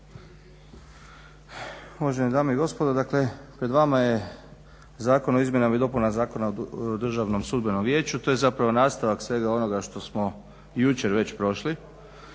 Uvažene dame i gospodo, dakle pred vama je Zakon o izmjenama i dopunama Zakona o Državnom sudbenom vijeću, to je zapravo nastavak svega onoga što smo jučer već prošli.